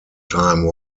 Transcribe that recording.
time